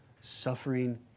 suffering